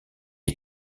est